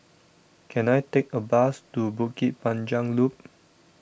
can I take a bus to Bukit Panjang Loop